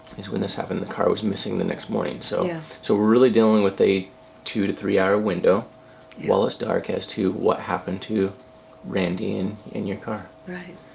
is when this happened. the car was missing the next morning. so yeah we're really dealing with a two to three hour window while it's dark as to what happened to randy and and your car. right.